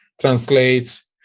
translates